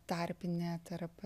tarpinė tarp